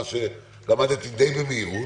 מה שלמדתי די במהירות,